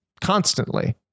constantly